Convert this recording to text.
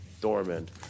dormant